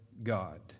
God